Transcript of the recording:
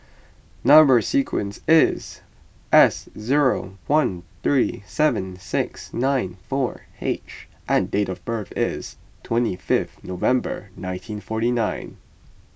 Number Sequence is S zero one three seven six nine four H and date of birth is twenty fifth November nineteen forty nine